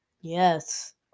yes